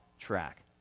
track